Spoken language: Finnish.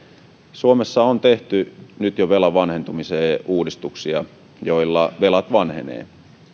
suomessa on tehty nyt jo velan vanhentumiseen uudistuksia joilla velat vanhenevat